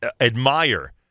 admire